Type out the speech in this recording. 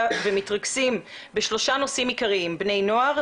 ומתרכזים בשלושה נושאים עיקריים: בני נוער,